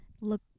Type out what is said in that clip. look